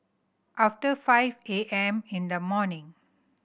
after five A M in the morning